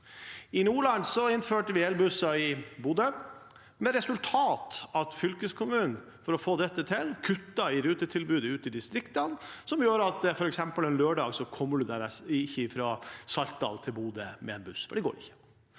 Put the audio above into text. I Nordland innførte vi elbusser i Bodø, med det resultat at fylkeskommunen, for å få dette til, kuttet i rutetilbudet ute i distriktene. Det gjør f.eks. at man ikke kommer seg fra Saltdal til Bodø med buss